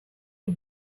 who